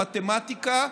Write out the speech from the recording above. למתמטיקה,